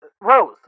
Rose